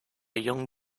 young